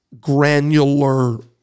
granular